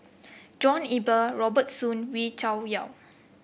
John Eber Robert Soon Wee Cho Yaw